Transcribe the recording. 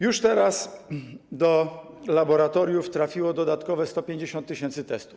Już teraz do laboratoriów trafiło dodatkowe 150 tys. testów.